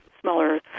smaller